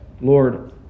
Lord